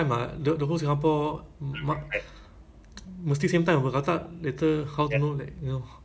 I think part time got got a a lot job ah macam yang this um